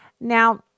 Now